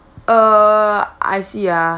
uh I see ah